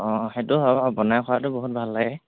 অঁ সেইটো হ'ব বনাই খোৱাটো বহুত ভাল লাগে